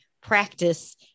practice